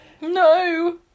No